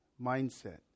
mindset